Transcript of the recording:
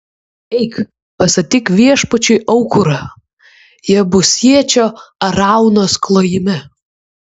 eik pastatyk viešpačiui aukurą jebusiečio araunos klojime